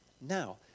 Now